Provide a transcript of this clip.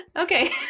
okay